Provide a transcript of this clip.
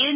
N